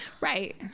Right